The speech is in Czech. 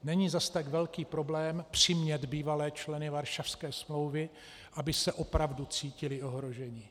Není zas tak velký problém přimět bývalé členy Varšavské smlouvy, aby se opravdu cítili ohroženi.